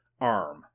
arm